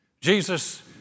Jesus